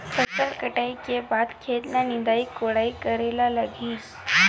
फसल कटाई के बाद खेत ल निंदाई कोडाई करेला लगही?